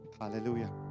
Hallelujah